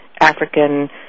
African